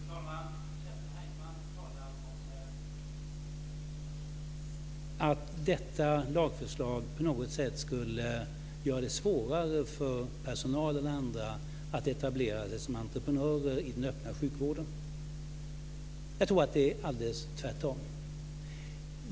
Fru talman! Kerstin Heinemann talar om att detta lagförslag på något sätt skulle göra det svårare för personal och andra att etablera sig som entreprenörer i den öppna sjukvården. Jag tror att det är alldeles tvärtom.